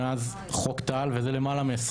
לאחר